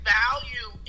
value